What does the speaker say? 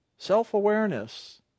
Self-awareness